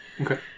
Okay